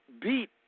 beat